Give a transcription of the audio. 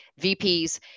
VPs